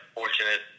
fortunate